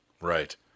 Right